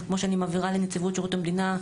כמו שאני מעבירה לנציבות שירות המדינה,